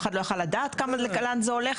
אף אחד לא יכול היה לדעת לאן זה הולך.